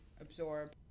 absorb